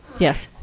yes.